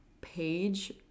page